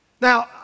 Now